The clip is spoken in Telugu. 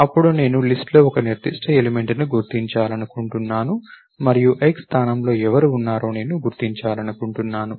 అప్పుడు నేను లిస్ట్ లో ఒక నిర్దిష్ట ఎలిమెంట్ ని గుర్తించాలనుకుంటున్నాను మరియు x స్థానంలో ఎవరు ఉన్నారో నేను గుర్తించాలనుకుంటున్నాను